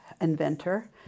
inventor